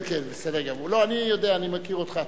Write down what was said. לא, אני מכיר אותך.